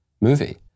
movie